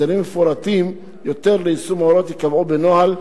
הסדרים מפורטים יותר ליישום ההוראות ייקבעו בנוהל,